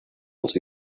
els